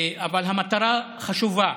אבל המטרה חשובה,